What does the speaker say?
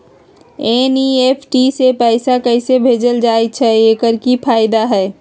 NEFT से पैसा कैसे भेजल जाइछइ? एकर की फायदा हई?